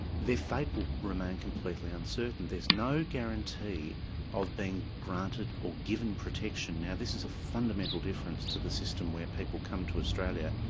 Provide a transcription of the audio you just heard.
fate will remain completely uncertain. there's no guarantee of being granted or given protection. now this is a fundamental difference to the system where people come to australia,